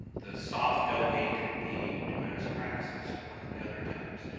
the soft, doughy could be dermatosporaxis, or one of the other types.